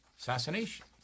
Assassination